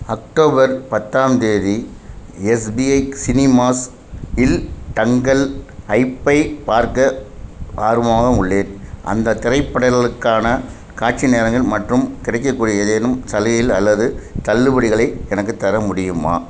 October பத்தாம் தேதி SPI Cinemas இல் டங்கல் ஐப்பை பார்க்க ஆர்வமாக உள்ளேன் அந்த திரைப்படங்களுக்கான காட்சி நேரங்கள் மற்றும் கிடைக்கக்கூடிய ஏதேனும் சலுகைகள் அல்லது தள்ளுபடிகளை எனக்கு தர முடியுமா